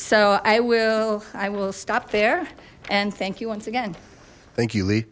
so i will i will stop there and thank you once again thank you le